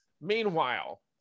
Meanwhile